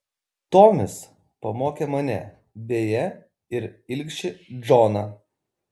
tomis pamokė mane beje ir ilgšį džoną